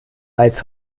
als